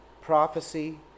prophecy